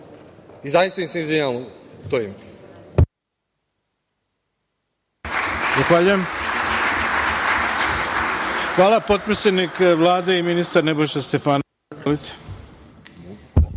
i zaista im se izvinjavam u to ime.